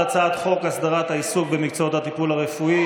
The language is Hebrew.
הצבעה על הצעת חוק להסדרת העיסוק במקצועות הטיפול הרפואי,